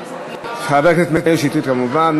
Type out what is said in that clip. של חבר הכנסת מאיר שטרית כמובן.